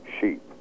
sheep